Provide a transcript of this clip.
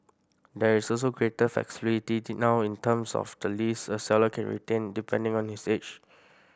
there is also greater flexibility now in terms of the lease a seller can retain depending on his age